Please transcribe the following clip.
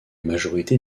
majorité